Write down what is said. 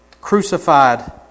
crucified